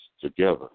together